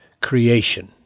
creation